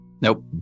Nope